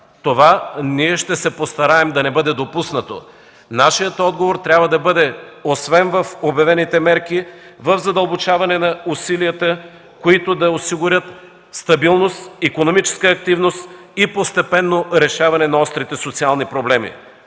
Това ние ще се постараем да не бъде допуснато. Нашият отговор трябва да бъде, освен в обявените мерки, в задълбочаване на усилията, които да осигурят стабилност, икономическа активност и постепенно решаване на острите социални проблеми.